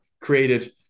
created